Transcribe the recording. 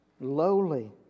lowly